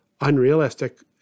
unrealistic